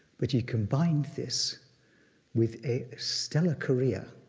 but he combined this with a stellar career